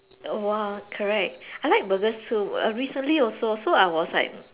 !wah! correct I like burgers too err recently also so I was like